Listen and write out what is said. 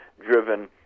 driven